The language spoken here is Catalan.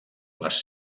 les